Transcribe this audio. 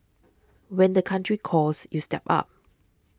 when the country calls you step up